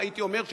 הייתי אומר,